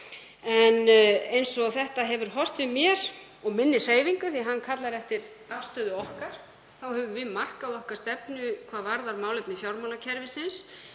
En eins og þetta hefur horft við mér og minni hreyfingu, því að hann kallar eftir afstöðu okkar, þá höfum við markað okkur stefnu hvað varðar málefni fjármálakerfisins.